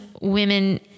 women